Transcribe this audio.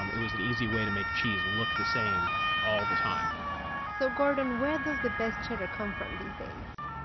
um it was an easy way to make cheese look the same all the time so and where does the best cheddar come from these days?